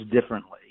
differently